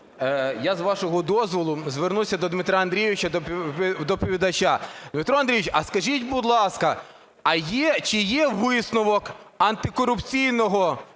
Я, з вашого дозволу, звернуся до Дмитра Андрійовича, доповідача. Дмитро Андрійович, а скажіть, будь ласка, чи є висновок антикорупційного